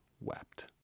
wept